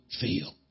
feel